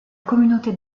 communauté